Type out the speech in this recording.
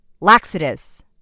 laxatives